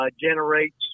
generates